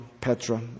Petra